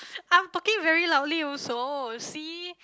I'm talking very loudly also see